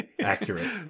accurate